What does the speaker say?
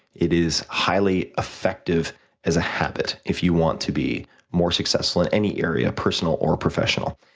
it is highly effective as a habit if you want to be more successful in any area personal or professional.